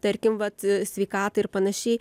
tarkim vat sveikatai ir panašiai